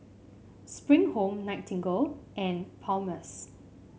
Spring Home Nightingale and Palmer's